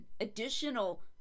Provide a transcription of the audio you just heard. additional